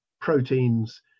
proteins